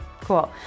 Cool